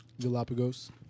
Galapagos